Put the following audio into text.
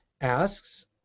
asks